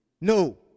No